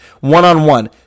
one-on-one